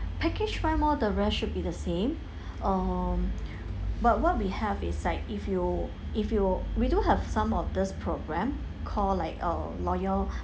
package five more the rest should be the same um but what we have is like if you if you we do have some of this program call like err loyal~